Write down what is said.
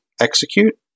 execute